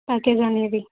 package అనేది